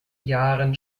jahren